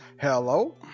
Hello